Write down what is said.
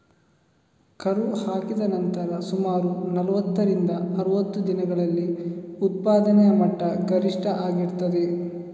ಕರು ಹಾಕಿದ ನಂತರ ಸುಮಾರು ನಲುವತ್ತರಿಂದ ಅರುವತ್ತು ದಿನಗಳಲ್ಲಿ ಉತ್ಪಾದನೆಯ ಮಟ್ಟ ಗರಿಷ್ಠ ಆಗಿರ್ತದೆ